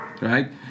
Right